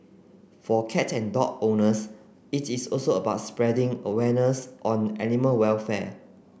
for cat and dog owners it is also about spreading awareness on animal welfare